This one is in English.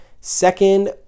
Second